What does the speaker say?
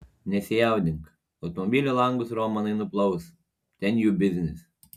nesijaudink automobilių langus romanai nuplaus ten jų biznis